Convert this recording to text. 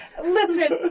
listeners